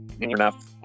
enough